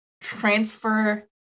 transfer